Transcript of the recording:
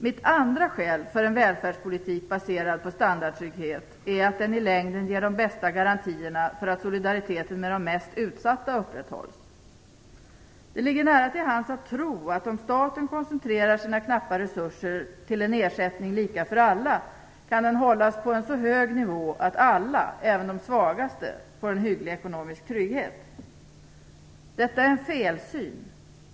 Mitt andra skäl för en välfärdspolitik baserad på standardtrygghet är att den i längden ger de bästa garantierna för att solidariteten med de mest utsatta upprätthålls. Det ligger nära till hands att tro, att om staten koncentrerar sina knappa resurser till en ersättning lika för alla kan den hållas på en så hög nivå att alla - även de svagaste - får en hygglig ekonomisk trygghet. Detta är en felsyn.